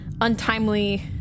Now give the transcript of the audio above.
untimely